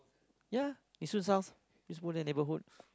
ya Yishun-South just go there neighbourhood